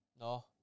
No